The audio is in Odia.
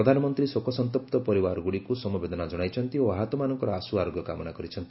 ପ୍ରଧାନମନ୍ତ୍ରୀ ଶୋକସନ୍ତପ୍ତ ପରିବାରଗୁଡ଼ିକୁ ସମବେଦନା ଜଣାଇଛନ୍ତି ଓ ଆହତମାନଙ୍କର ଆଶୁ ଆରୋଗ୍ୟ କାମନା କରିଛନ୍ତି